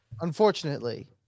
unfortunately